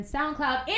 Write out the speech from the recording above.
SoundCloud